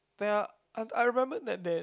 there are I remember that there's